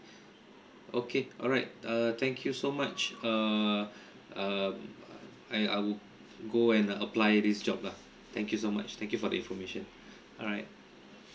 okay alright uh thank you so much err um I I would go and apply this job lah thank you so much thank you for the information alright